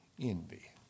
Envy